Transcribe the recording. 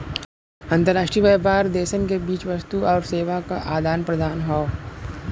अंतर्राष्ट्रीय व्यापार देशन के बीच वस्तु आउर सेवा क आदान प्रदान हौ